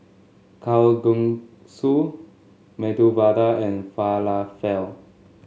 Kalguksu Medu Vada and Falafel